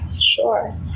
sure